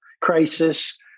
crisis